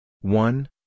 one